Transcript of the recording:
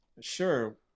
sure